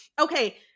okay